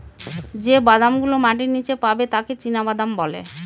যে বাদাম গুলো মাটির নীচে পাবে তাকে চীনাবাদাম বলে